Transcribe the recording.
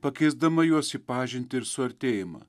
pakeisdama juos į pažintį ir suartėjimą